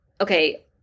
okay